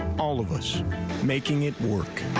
all of us making it work.